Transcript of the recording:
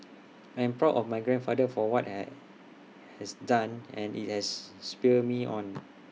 I'm proud of my grandfather for what he has done and IT has spurred me on